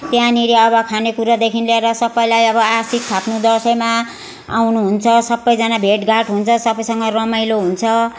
त्यहाँनेरि अब खानेकुरादेखि लिएर सबलाई अब आसिक थाप्नु दसैँमा आउनु हुन्छ सबजना भेटघाट हुन्छ सबसँग रमाइलो हुन्छ